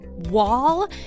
Wall